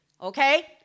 Okay